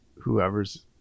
whoever's